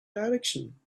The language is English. direction